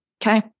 Okay